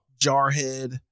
Jarhead